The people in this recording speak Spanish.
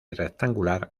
rectangular